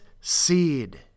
seed